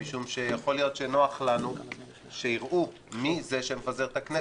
משום שיכול להיות שנוח לנו שיראו מי זה שמפזר את הכנסת,